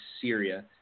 Syria